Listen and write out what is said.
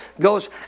goes